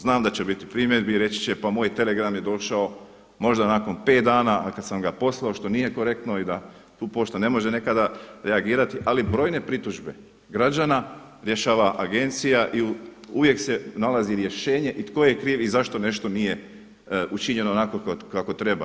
Znam da će biti primjedbi i reći će pa moj telegram je došao možda nakon pet dana, a kada sam ga poslao, što nije korektno i da tu pošta ne može nekada reagirati, ali brojne pritužbe građana rješava agencija i uvijek se nalazi rješenje i tko je kriv i zašto nešto nije učinjeno onako kako treba.